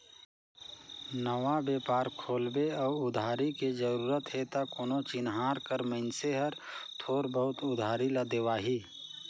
नवा बेपार खोलबे अउ उधारी के जरूरत हे त कोनो चिनहार कर मइनसे हर थोर बहुत उधारी ल देवाही